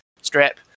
strip